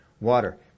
water